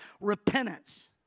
repentance